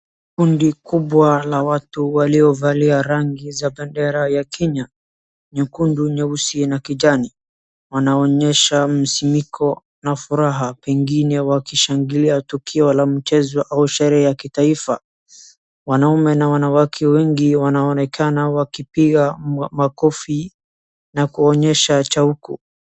Kundi kubwa la watu waliovalia rangi za bendera ya Kenya nyekundu, nyeusi na kijani wanaonyesha msimiko na furaha pengine wakishangilia tukio la mchezo au sherehe ya kitaifa. Wanaume na wanawake wengi wanaonekana wakipiga makofi na kuonyesha shauku.